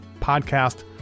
podcast